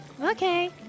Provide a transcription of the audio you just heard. Okay